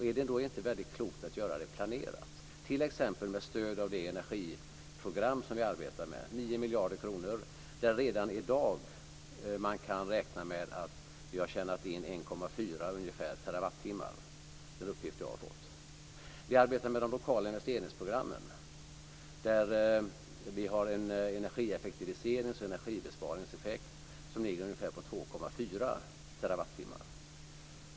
Är det då inte väldigt klokt att göra det planerat t.ex. med stöd av det energiprogram vi arbetar med? Det är 9 miljarder kronor där man redan i dag kan räkna med att vi har tjänat in ungefär 1,4 terawattimmar. Det är en uppgift som jag har fått. Vi arbetar med de lokala investeringsprogrammen, där vi har en energieffektiviserings och energibesparingseffekt som ligger på ungefär 2,4 terawattimmar.